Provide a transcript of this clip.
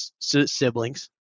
siblings